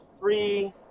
three